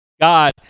God